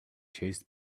chased